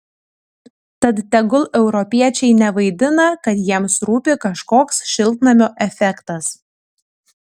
tad tegul europiečiai nevaidina kad jiems rūpi kažkoks šiltnamio efektas